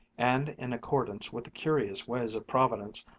and in accordance with the curious ways of providence,